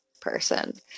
person